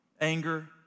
anger